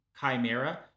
chimera